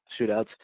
shootouts